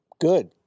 Good